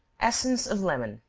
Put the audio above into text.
essence of lemon.